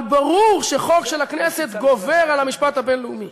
אבל ברור שחוק של הכנסת גובר על המשפט הבין-לאומי.